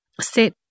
Set